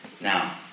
Now